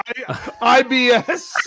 IBS